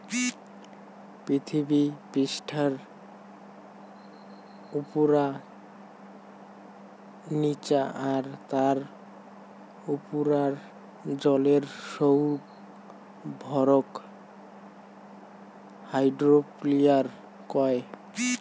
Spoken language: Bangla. পিথীবি পিষ্ঠার উপুরা, নিচা আর তার উপুরার জলের সৌগ ভরক হাইড্রোস্ফিয়ার কয়